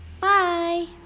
Bye